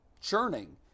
churning